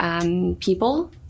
people